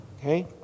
Okay